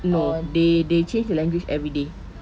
no they they change the language every day